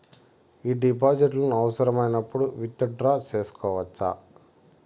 ఈ డిపాజిట్లను అవసరమైనప్పుడు విత్ డ్రా సేసుకోవచ్చా?